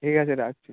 ঠিক আছে রাখছি